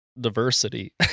diversity